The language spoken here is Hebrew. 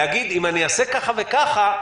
להגיד: אם אני אעשה ככה וככה,